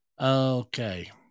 okay